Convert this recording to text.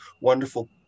wonderful